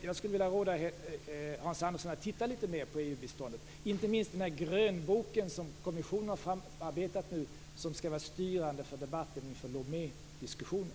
Jag skulle vilja råda Hans Andersson att titta litet mer på EU-biståndet, inte minst i den grönbok som kommissionen har arbetat fram och som skall vara styrande för debatten inför Lomédiskussionen.